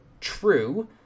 true